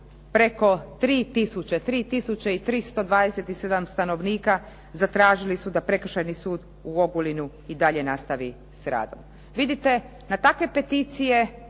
i 327 stanovnika zatražili su da Prekršajni sud u Ogulinu i dalje nastavi s radom. Vidite na takve peticije